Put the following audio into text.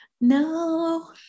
no